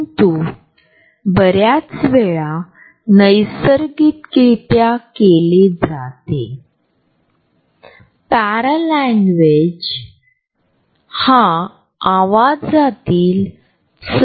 स्वतःच्या वैयक्तिक स्थानाचे पावित्र्य राखणे आपल्यासाठी महत्त्वपूर्ण आहे कारण या जागेत इतर लोकांची उपस्थिती जबरदस्ती असू शकते